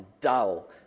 dull